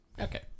Okay